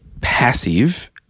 passive